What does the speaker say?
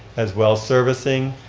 as well, servicing,